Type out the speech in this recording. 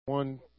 one